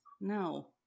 No